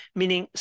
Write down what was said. meaning